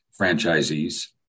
franchisees